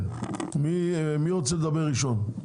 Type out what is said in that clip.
מי רוצה לדבר ראשון?